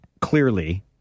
clearly